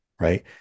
right